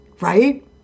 right